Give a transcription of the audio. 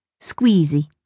squeezy